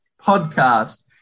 podcast